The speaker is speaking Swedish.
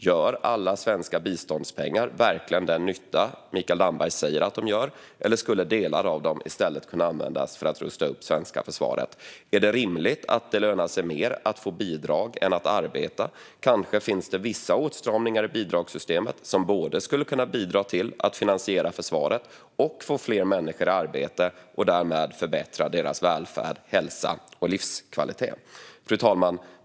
Gör alla svenska biståndspengar verkligen den nytta Mikael Damberg säger att de gör, eller skulle delar av dem i stället kunna användas för att rusta upp det svenska försvaret? Är det rimligt att det lönar sig mer att få bidrag än att arbeta? Kanske finns det vissa åtstramningar i bidragssystemet som både skulle kunna bidra till att finansiera försvaret och få fler människor i arbete och därmed förbättra deras välfärd, hälsa och livskvalitet? Fru talman!